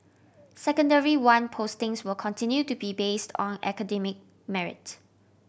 Secondary One postings will continue to be based on academic merit